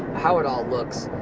how it all looks,